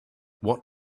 what